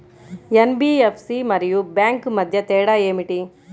NBFC మరియు bank మధ్య తేడా ఏమిటి?